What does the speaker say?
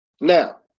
Now